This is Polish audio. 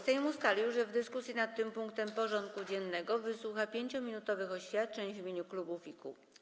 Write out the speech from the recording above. Sejm ustalił, że w dyskusji nad tym punktem porządku dziennego wysłucha 5-minutowych oświadczeń w imieniu klubów i kół.